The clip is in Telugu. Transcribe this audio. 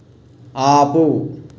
ఆపు